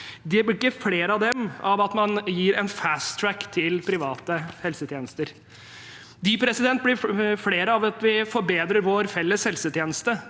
Det blir ikke flere av dem av at man gir en «fast track» til private helsetjenester. De blir flere ved at vi forbedrer vår felles helsetjeneste.